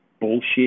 bullshit